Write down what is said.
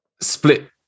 split